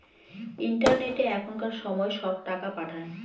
ইন্টারনেটে এখনকার সময় সব টাকা পাঠায়